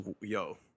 yo